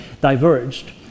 diverged